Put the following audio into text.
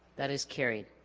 that is carried